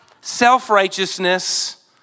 self-righteousness